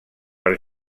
per